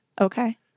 Okay